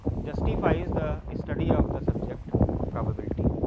justifies the a study of the subject probability.